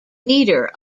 leader